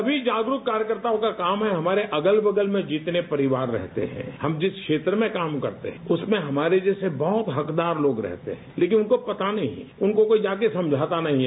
सभी जागरूक कार्यकर्ताओं का काम है हमारे अगल बगल में जितने परिवार रहते हैं हम जिस क्षेत्र में काम करते हैं जैसे बहुत हकदार लोग रहते हैं लेकिन उनको पता नहीं है उनको कोई जाकर समझाता नहीं है